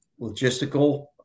logistical